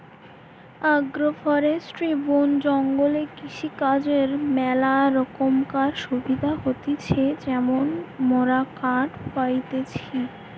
agro forestry বন জঙ্গলে কৃষিকাজর ম্যালা রোকমকার সুবিধা হতিছে যেমন মোরা কাঠ পাইতেছি